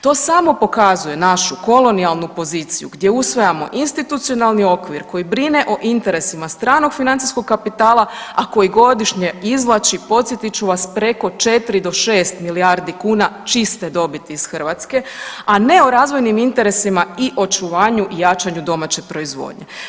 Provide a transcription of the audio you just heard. To samo pokazuje našu kolonijalnu poziciju gdje usvajamo institucionalni okvir koji brine o interesima stranog financijskog kapitala, a koji godišnje izvlači podsjetit ću vam preko 4 do 6 milijardi kuna čiste dobiti iz Hrvatske, a ne o razvojnim interesima i očuvaju i jačanju domaće proizvodnje.